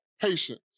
patience